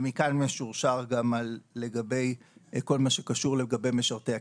ומכאן משורשר גם לגבי כל מה שקשור לגבי משרתי הקבע.